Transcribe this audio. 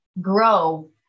grow